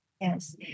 Yes